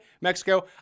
Mexico